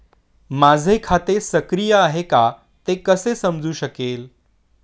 माझे खाते सक्रिय आहे का ते कसे समजू शकेल?